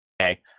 Okay